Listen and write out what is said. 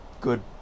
Good